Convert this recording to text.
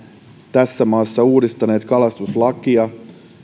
tässä maassa uudistaneet kalastuslakia